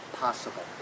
possible